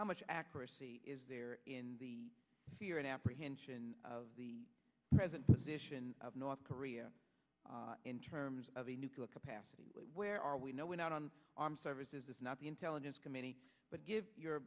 how much accuracy is there in the fear and apprehension of the present position of north korea in terms of the nuclear capacity where are we know we're not on armed services is not the intelligence committee but give your